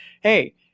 Hey